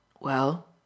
Well